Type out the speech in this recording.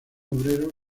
obrero